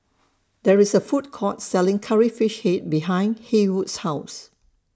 There IS A Food Court Selling Curry Fish Head behind Haywood's House